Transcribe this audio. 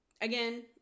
Again